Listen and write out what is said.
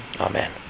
Amen